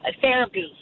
therapy